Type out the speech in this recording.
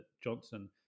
Johnson